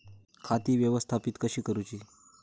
खाती व्यवस्थापित कशी करूची?